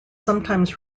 sometimes